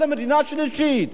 או למדינה שלישית,